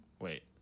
wait